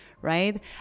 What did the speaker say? Right